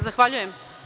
Zahvaljujem.